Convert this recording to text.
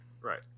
right